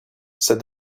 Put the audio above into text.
said